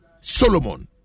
Solomon